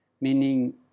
meaning